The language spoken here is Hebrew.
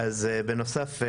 בנוסף,